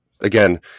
Again